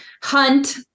hunt